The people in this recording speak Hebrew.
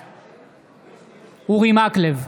בעד אורי מקלב,